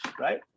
Right